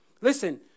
listen